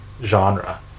Genre